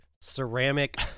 ceramic